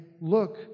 Look